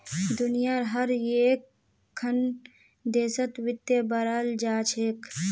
दुनियार हर एकखन देशत वित्त पढ़ाल जा छेक